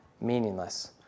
meaningless